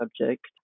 subject